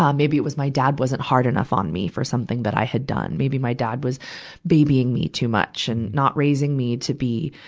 um maybe it was my dad wasn't hard enough on me, for something that i had done. maybe my dad was babying me too much and not raising me to be,